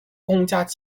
公家